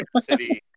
city